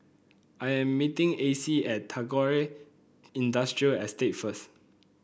I am meeting Acey at Tagore Industrial Estate first